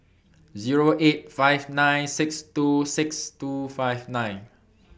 Zero eight five nine six two six two five nine